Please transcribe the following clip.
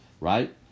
right